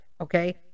Okay